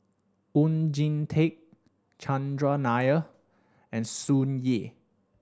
Oon Jin Teik Chandran Nair and Tsung Yeh